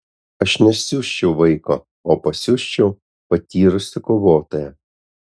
aš nesiųsčiau vaiko o pasiųsčiau patyrusį kovotoją